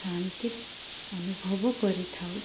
ଶାନ୍ତି ଅନୁଭବ କରିଥାଉ